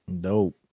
dope